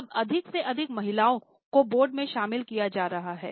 अब अधिक से अधिक महिलाओं को बोर्ड में शामिल किया जा रहा है